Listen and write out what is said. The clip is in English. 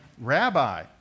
Rabbi